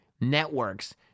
networks